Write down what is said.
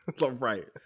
Right